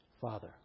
Father